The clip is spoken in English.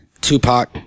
Tupac